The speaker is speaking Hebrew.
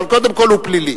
אבל קודם כול הוא פלילי.